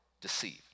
deceived